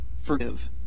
forgive